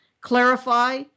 Clarify